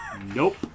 Nope